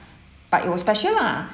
but it was special lah